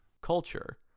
culture